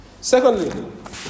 Secondly